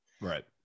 Right